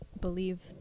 believe